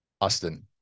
Austin